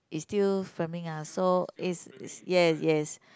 is still filming ah so is yes yes